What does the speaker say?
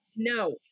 No